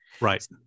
Right